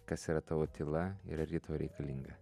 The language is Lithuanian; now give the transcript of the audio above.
kas yra tavo tyla ir ar ji tau reikalinga